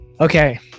Okay